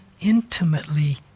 intimately